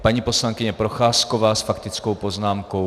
Paní poslankyně Procházková s faktickou poznámkou.